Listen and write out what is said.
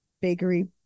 bakery